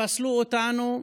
פסלו אותנו,